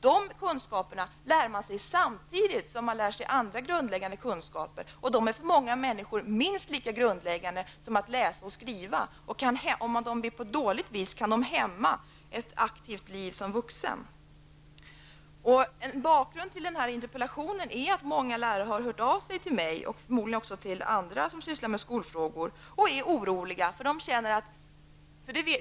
Dessa kunskaper får man sig samtidigt som man tillägnar sig andra grundläggande kunskaper. Det är för många människor minst lika grundläggande som att läsa och skriva. Om det är bristfälligt i det avseendet kan det hämma ett aktivt liv som vuxen. Bakgrunden till min interpellation är att många lärare har hört av sig till mig, och förmodligen också till andra som sysslar med skolfrågor, och är oroliga.